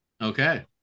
okay